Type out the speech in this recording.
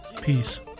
Peace